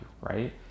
right